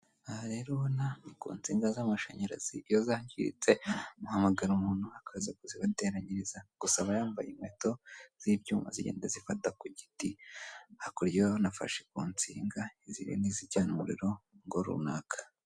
Aha rero ubona ni ku nsinga z'amashanyarazi iyo zangiritse muhamagara umuntu akaza kuzibateranyiriza, gusa aba yambaye inkweto z'ibyuma zigenda zifata ku giti. Hakuryaho anafashe ku nsinga zirimo izijyana umuriro mu ngo runaka.